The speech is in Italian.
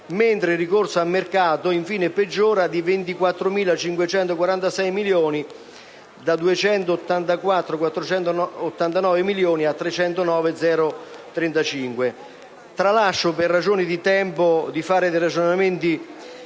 mentre il ricorso al mercato, infine, peggiora di 24.546 milioni (da 284.489 milioni a 309.035 milioni). Tralascio per ragioni di tempo le considerazioni